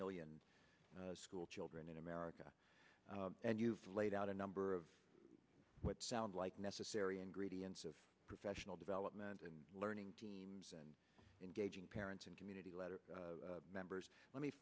million schoolchildren in america and you've laid out a number of what sound like necessary ingredients of professional development and learning teams and engaging parents and community letter members let me